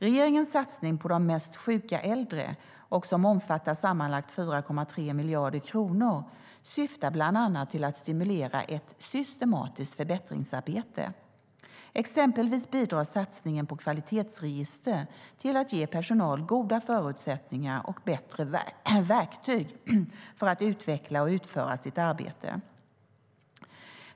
Regeringens satsning på de mest sjuka äldre som omfattar sammanlagt 4,3 miljarder kronor syftar bland annat till att stimulera ett systematiskt förbättringsarbete. Exempelvis bidrar satsningen på kvalitetsregister till att ge personal goda förutsättningar och bättre verktyg för att utveckla och utföra sitt arbete.